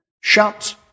shut